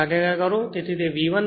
અહીં ભાગાકાર કરો